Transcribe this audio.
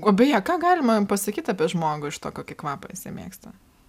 o beje ką galima pasakyt apie žmogų iš to kokį kvapą jisai mėgsta